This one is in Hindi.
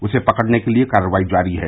उसको पकड़ने के लिए कार्रवाई जारी है